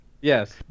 Yes